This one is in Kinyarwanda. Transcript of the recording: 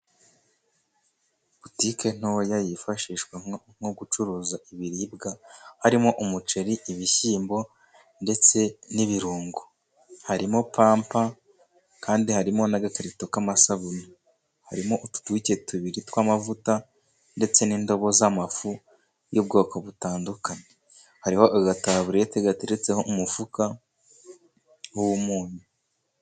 Butike ntoya yifashishwa nko gucuruza ibiribwa harimo umuceri, ibishyimbo ndetse n'ibirungo. Harimo pampa, kandi harimo n'agakarito k'amasabune. Barimo utuduke tubiri tw'amavuta, ndetse n'indobo z'amafu y'ubwoko butandukanye. Hariho agatahaburete gateretseho umufuka w'umunnyu.